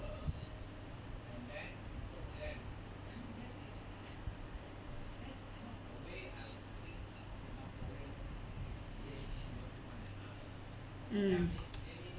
mm